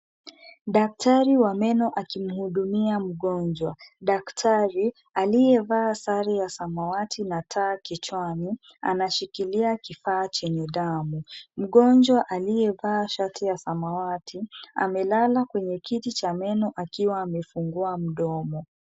Daktari wa meno akimuhudumia mgonjwa. Daktari aliyevaa sare ya samawati na taa kichwani, anashikilia kifaa chenye damu. Mgonjwa aliyevaa shati ya samawati, amelala kwenye kiti cha meno akiwa amefungua mdomo.